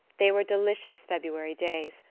they were delicious february days,